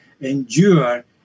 endure